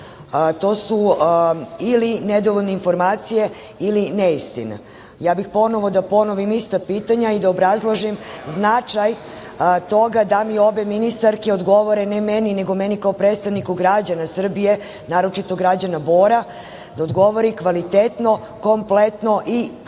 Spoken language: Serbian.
to su ili nedovoljne informacije ili neistina. Ponovo bih da ponovim ista pitanja i da obrazložim značaj toga da mi obe ministarke odgovore, ne meni, nego meni kao predstavniku građana Srbije, naročito građana Bora, da odgovore kvalitetno, kompletno i pre